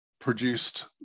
produced